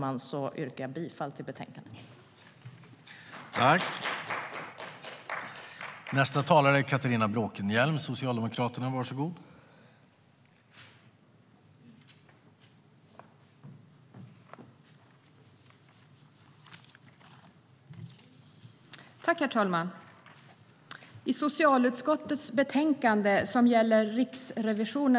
Med det yrkar jag bifall till förslaget i betänkandet.